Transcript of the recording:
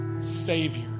savior